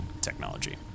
technology